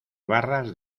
barras